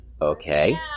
okay